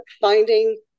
finding